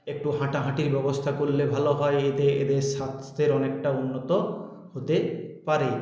একটু হাঁটাহাঁটির ব্যবস্থা করলে ভালো হয় এতে এদের স্বাস্থ্যের অনেকটা উন্নত হতে পারে